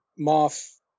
Moff